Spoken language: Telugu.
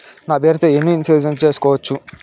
నా పేరుతో ఎన్ని ఇన్సూరెన్సులు సేసుకోవచ్చు?